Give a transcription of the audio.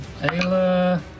Ayla